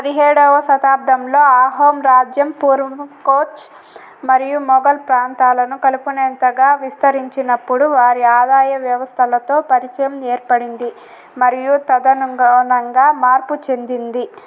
పదిహేడవ శతాబ్దంలో అహోం రాజ్యం పూర్వపు కోచ్ మరియు మొఘల్ ప్రాంతాలను కలుపుకున్నంతగా విస్తరించినప్పుడు వారి ఆదాయ వ్యవస్థలతో పరిచయం ఏర్పడింది మరియు తదానుగుణంగా మార్పు చెందింది